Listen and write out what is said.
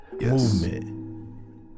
movement